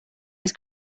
his